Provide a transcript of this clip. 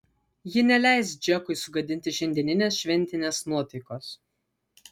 ji neleis džekui sugadinti šiandieninės šventinės nuotaikos